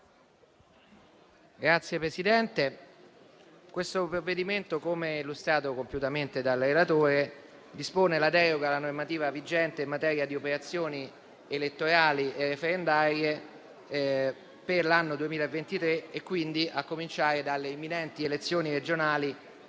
Signor Presidente, il provvedimento in esame, come illustrato compiutamente dal relatore, dispone la deroga alla normativa vigente in materia di operazioni elettorali e referendarie per l'anno 2023, quindi a cominciare dalle imminenti elezioni regionali